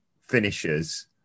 finishers